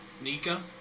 Nika